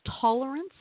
tolerance